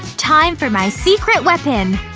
time for my secret weapon